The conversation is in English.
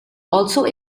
also